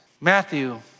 Matthew